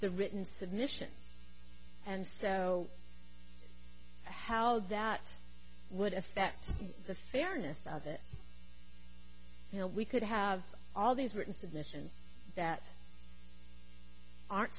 the written submissions and so how that would affect the fairness of it you know we could have all these written submissions that aren't